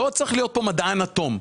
לא צריך להיות כאן מדען אטום.